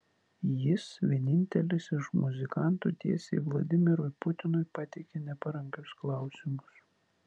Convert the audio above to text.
jis vienintelis iš muzikantų tiesiai vladimirui putinui pateikia neparankius klausimus